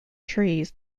trees